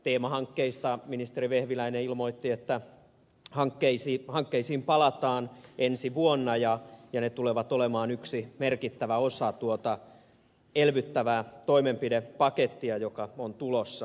teemahankkeista ministeri vehviläinen ilmoitti että hankkeisiin palataan ensi vuonna ja ne tulevat olemaan yksi merkittävä osa tuota elvyttävää toimenpidepakettia joka on tulossa